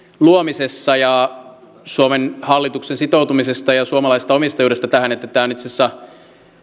luomisessa ja suomen hallituksen sitoutumisesta ja suomalaisesta omistajuudesta tässä että tämä on itse asiassa